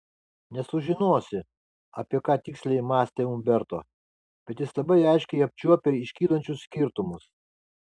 nesužinosi apie ką tiksliai mąstė umberto bet jis labai aiškiai apčiuopė iškylančius skirtumus